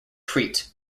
crete